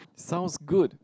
sounds good